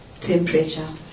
temperature